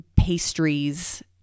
pastries